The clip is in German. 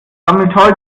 sammelt